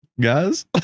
guys